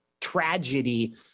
tragedy